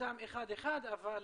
אותם אחד אחד, אבל